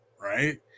right